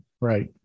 right